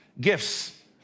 gifts